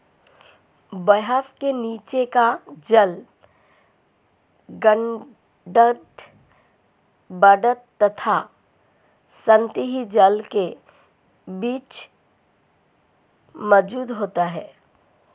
बहाव के नीचे का जल ग्राउंड वॉटर तथा सतही जल के बीच मौजूद होता है